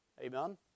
Amen